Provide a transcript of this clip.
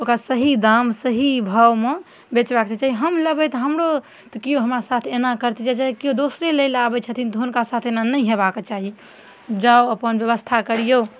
ओकरा सही दाम सही भावमे बेचबाक चाही चाहे हम लेबै तऽ हमरो केओ हमरा साथ एना करतै या केओ दोसरे लै लए आबै छथिन तऽ हुनका साथ एना नहि होयबाके चाही जाउ अपन व्यवस्था करियौ